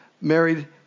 married